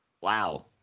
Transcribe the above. wow